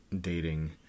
dating